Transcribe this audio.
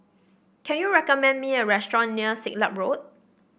can you recommend me a restaurant near Siglap Road